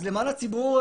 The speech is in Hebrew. למען הציבור.